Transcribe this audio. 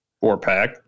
four-pack